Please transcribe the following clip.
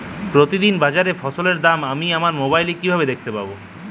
প্রতিদিন বাজারে ফসলের দাম আমি আমার মোবাইলে কিভাবে দেখতে পাব?